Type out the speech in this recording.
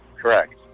Correct